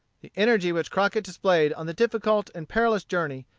the energy which crockett displayed on the difficult and perilous journey,